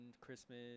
Christmas